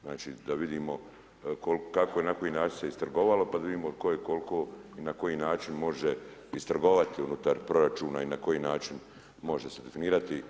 Znači da vidimo kako i na koji način se istrgovalo, pa da vidimo tko je koliko i na koji način može istrgovati unutar proračuna i na koji način se može definirati.